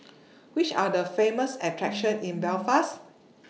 Which Are The Famous attractions in Belfast